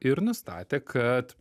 ir nustatė kad